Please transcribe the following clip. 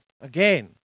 again